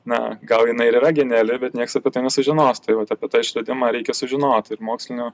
na gal jinai ir yra geniali bet nieks apie tai nesužinos tai vat apie tą išradimą reikia sužinot ir mokslinių